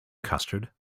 custard